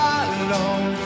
alone